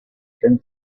can